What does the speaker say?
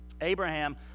Abraham